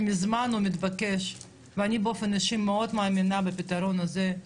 שמזמן הוא מתבקש ואני באופן אישי מאוד מאמינה בפתרון הזה,